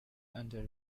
under